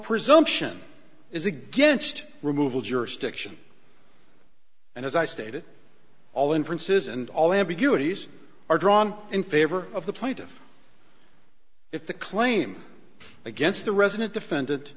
presumption is against removal jurisdiction and as i stated all inferences and all ambiguity s are drawn in favor of the plaintiff if the claim against the resident defend